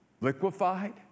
liquefied